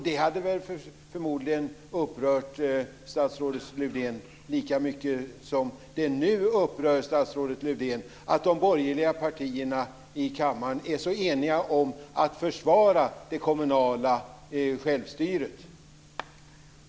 Det hade väl förmodligen upprört statsrådet Lövdén lika mycket som det nu upprör statsrådet Lövdén att de borgerliga partierna i kammaren är så eniga om att försvara det kommunala självstyret.